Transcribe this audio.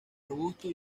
robusto